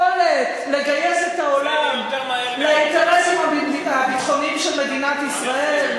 יכולת לגייס את העולם לאינטרסים הביטחוניים של מדינת ישראל.